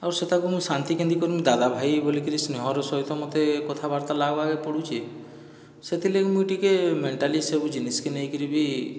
ଆଉର୍ ସେତାକୁ ମୁଇଁ ଶାନ୍ତି କେମିତି କରିମି ଦାଦା ଭାଇ ବୋଲିକିରି ସ୍ନେହର ସହିତ ମୋତେ କଥାବାର୍ତ୍ତା ଲାଗ୍ବାକେ ପଡ଼ୁଛି ସେଥିରଲାଗି ମୁଇଁ ଟିକେ ମେଣ୍ଟାଲି ସବୁ ଜିନିଷ୍କେ ନେଇକିରି ବି